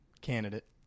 candidate